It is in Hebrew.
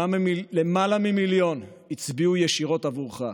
למעלה ממיליון, הצביעו ישירות עבורך.